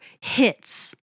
hits